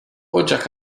ocak